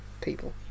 people